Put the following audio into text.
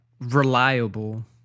reliable